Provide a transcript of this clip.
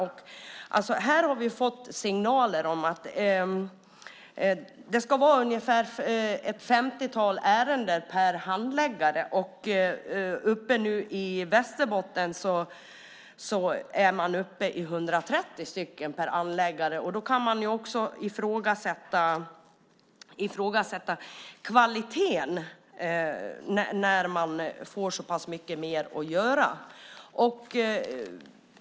Vi har fått signaler om att det ska vara ett 50-tal ärenden per handläggare. I Västerbotten är man nu uppe i 130 ärenden per handläggare. När handläggarna får så pass mycket mer att göra kan kvaliteten ifrågasättas.